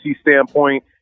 standpoint